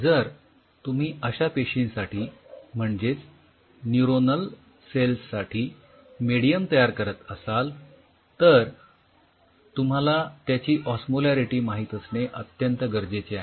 जर तुम्ही अश्या पेशींसाठी म्हणजेच न्यूरॉनल सेल्स साठी मेडीयम तयार करत असाल तर तुम्हाला त्याची ओस्मोलॅरिटी माहित असणे अत्यंत गरजेचे आहे